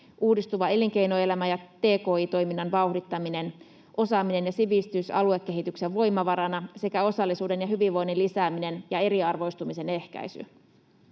uudistuva elinkeinoelämä ja tki-toiminnan vauhdittaminen, osaaminen ja sivistys aluekehityksen voimavarana sekä osallisuuden ja hyvinvoinnin lisääminen ja eriarvoistumisen ehkäisy.